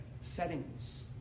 settings